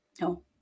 No